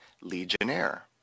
Legionnaire